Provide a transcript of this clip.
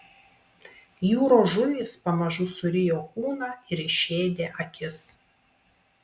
jūros žuvys pamažu surijo kūną ir išėdė akis